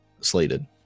slated